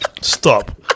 Stop